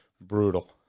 Brutal